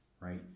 right